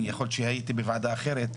יכול להיות כשהייתי בוועדה אחרת.